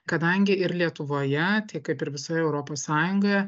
kadangi ir lietuvoje tai kaip ir visoje europos sąjungoje